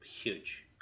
huge